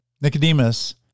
Nicodemus